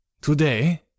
Today